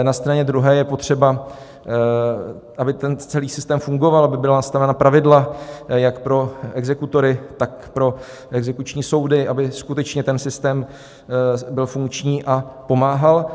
Na straně druhé je potřeba, aby ten celý systém fungoval, aby byla nastavena pravidla jak pro exekutory, tak pro exekuční soudy, aby skutečně ten systém byl funkční a pomáhal.